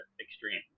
extreme